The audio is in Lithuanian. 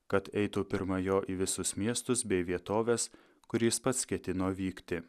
kad eitų pirma jo į visus miestus bei vietoves kur jis pats ketino vykti